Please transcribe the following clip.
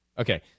Okay